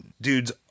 dudes